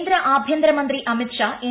കേന്ദ്ര ആഭ്യന്തരമന്ത്രി അമിത് ഷാ എൻ